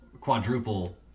quadruple